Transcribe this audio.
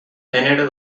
genero